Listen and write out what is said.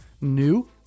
new